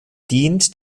dient